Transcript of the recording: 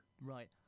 Right